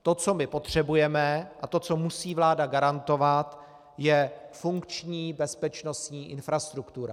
To, co my potřebujeme, a to, co musí vláda garantovat, je funkční bezpečnostní infrastruktura.